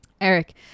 Eric